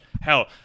hell